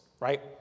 right